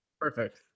perfect